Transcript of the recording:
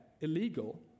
illegal